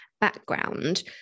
background